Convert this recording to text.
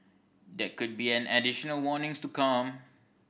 there could be an additional warnings to come